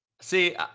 See